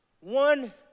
One